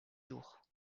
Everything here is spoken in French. jours